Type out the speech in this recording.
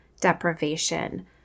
deprivation